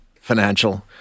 financial